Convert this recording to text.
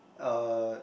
uh